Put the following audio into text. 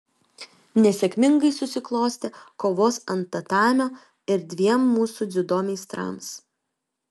nesėkmingai susiklostė kovos ant tatamio ir dviem mūsų dziudo meistrams